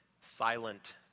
silent